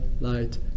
light